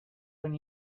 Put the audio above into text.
when